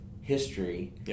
history